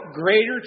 greater